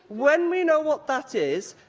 when we know what that is,